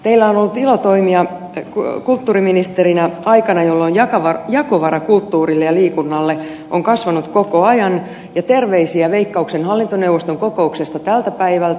teillä on ollut ilo toimia kulttuuriministerinä aikana jolloin jakovara kulttuurille ja liikunnalle on kasvanut koko ajan ja terveisiä veikkauksen hallintoneuvoston kokouksesta tältä päivältä